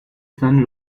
sun